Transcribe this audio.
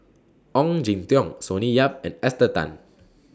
Ong Jin Teong Sonny Yap and Esther Tan